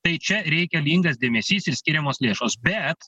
tai čia reikalingas dėmesys ir skiriamos lėšos bet